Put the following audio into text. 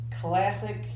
classic